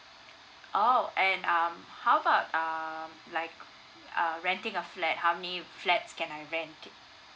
oh and um how about um like uh renting a flat how many flats can I rent